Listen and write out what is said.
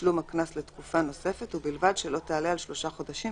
לתשלום הקנס לתקופה נוספת ובלבד שלא תעלה על שלושה חודשים